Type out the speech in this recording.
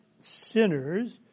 sinners